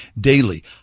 daily